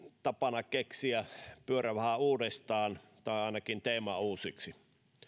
tapana keksiä pyörä vähän uudestaan tai ainakin teema uusiksi